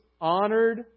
honored